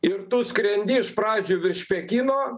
ir tu skrendi iš pradžių virš pekino